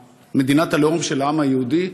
מדינת הלאום של העם היהודי,